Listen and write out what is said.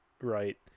right